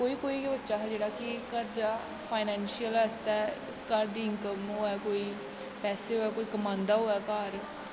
कोई कोई बच्चा गै जेह्ड़ा हा कि घर दा फाईनैंशल आस्तै घर दी इनकम होऐ कोई पैसे होऐ कोई कमांदा होऐ घर